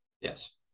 Yes